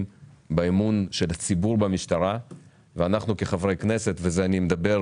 באמון של הציבור במשטרה - אנחנו כחברי כנסת לא יכולים